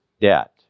debt